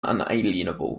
unalienable